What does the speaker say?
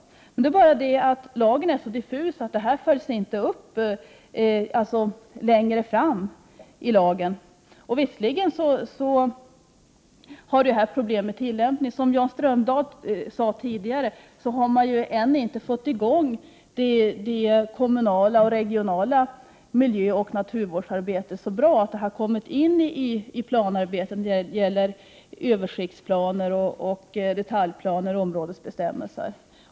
Men lagen är så diffus att den inte följts upp längre fram. Visserligen har man problem med tillämpningen. Som Jan Strömdahl sade tidigare har man ännu inte fått i gång det kommunala och regionala miljöoch naturvårdsarbetet så att man kommit in i planarbetet när det gäller översiktsplaner, detaljplaner och områdesbestämmelser.